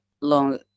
long